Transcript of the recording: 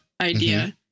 idea